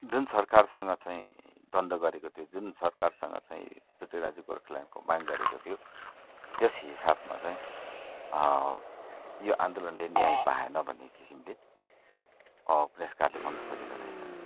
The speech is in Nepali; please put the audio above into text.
जुन सरकारसँग चाहिँ द्वन्द्व गरेको थियो जुन सरकारसँग चाहिँ छुट्टै राज्य गोर्खाल्यान्डको माग गरेको थियो त्यस हिसाबमा चाहिँ यो आन्दोलनले न्याय पाएन भन्ने किसिमले उपन्यासकारले भन्नुखोजेका रहेछन्